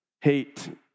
Hate